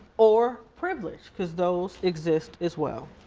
or privilege. cause those exist as well.